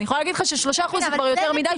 אני יכולה להגיד ש-3% זה כבר יותר מדי.